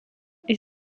est